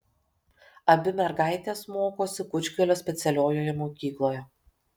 abi mergaitės mokosi kučgalio specialiojoje mokykloje